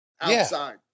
outside